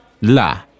la